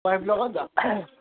wife লগত যাব